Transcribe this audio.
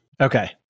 Okay